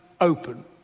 open